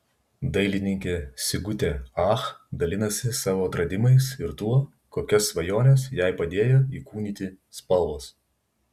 dailininkė sigutė ach dalinasi savo atradimais ir tuo kokias svajones jai padėjo įkūnyti spalvos